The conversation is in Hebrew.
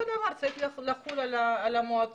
אותו דבר צריך לחול על המועצות,